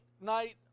night